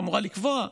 שאמורה לקבוע,